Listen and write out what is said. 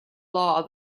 law